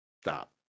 stop